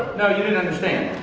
no. you didn't understand.